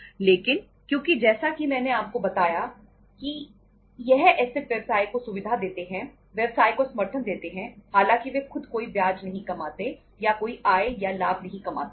लेकिन क्योंकि जैसा कि मैंने आपको बताया था कि यह ऐसेट व्यवसाय को सुविधा देते हैं व्यवसाय को समर्थन देते हैं हालांकि वे खुद कोई ब्याज नहीं कमाते हैं या कोई आय या लाभ नहीं कमाते हैं